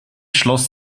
schloss